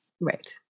Right